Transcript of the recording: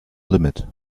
limit